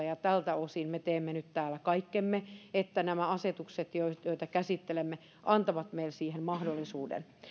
ja tältä osin me teemme nyt täällä kaikkemme että nämä asetukset joita joita käsittelemme antavat meille siihen mahdollisuuden